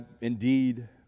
indeed